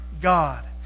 God